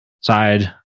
side